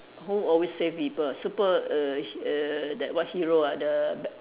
who always save people super err he~ err that what hero are the